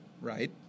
right